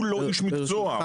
הוא לא איש מקצוע.